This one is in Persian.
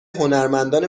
هنرمندان